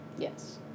Yes